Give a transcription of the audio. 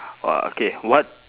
!whoa! okay what